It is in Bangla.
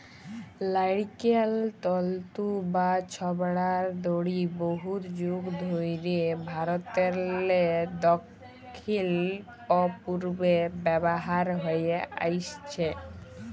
লাইড়কেল তল্তু বা ছবড়ার দড়ি বহুত যুগ ধইরে ভারতেরলে দখ্খিল অ পূবে ব্যাভার হঁয়ে আইসছে